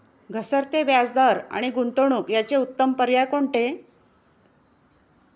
घसरते व्याजदर आणि गुंतवणूक याचे उत्तम पर्याय कोणते?